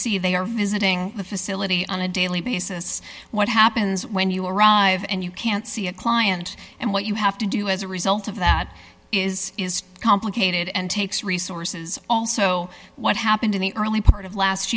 c they are visiting the facility on a daily basis what happens when you arrive and you can't see a client and what you have to do as a result of that is is complicated and takes resources also what happened in the early part of last